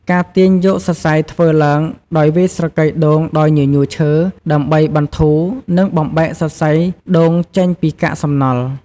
ការទាញយកសរសៃធ្វើឡើងដោយ វាយស្រកីដូងដោយញញួរឈើ ដើម្បីបន្ធូរ និងបំបែកសរសៃដូងចេញពីកាកសំណល់។